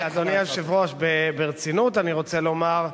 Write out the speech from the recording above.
אבל, אדוני היושב-ראש, ברצינות אני רוצה לומר,